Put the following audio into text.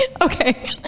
Okay